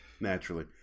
Naturally